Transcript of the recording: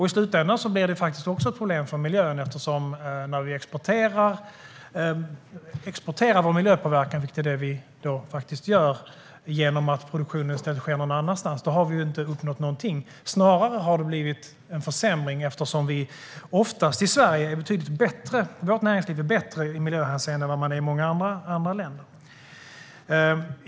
I slutändan blir det då också problem för miljön. När vi exporterar vår miljöpåverkan, vilket är vad vi då faktiskt gör genom att produktionen sker någon annanstans i stället, har vi inte uppnått någonting. Snarare har det blivit en försämring eftersom vårt svenska näringsliv oftast är betydligt bättre i miljöhänseende än man är i många andra länder.